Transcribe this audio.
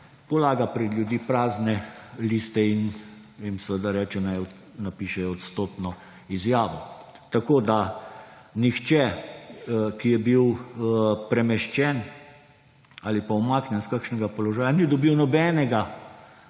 polaga pred ljudi prazne liste in jim seveda reče, naj napišejo odstopno izjavo. Nihče, ki je bil premeščen ali pa umaknjen s kakšnega položaja, ni dobil nobenega